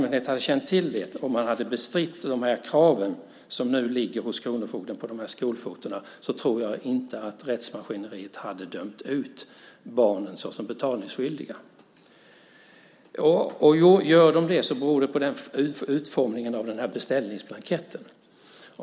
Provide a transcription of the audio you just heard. Om de hade känt till detta och hade bestridit kraven som nu ligger hos kronofogden tror jag inte att rättsmaskineriet hade dömt ut barnen som betalningsskyldiga. Skulle de göra det beror det på utformningen av beställningsblanketten.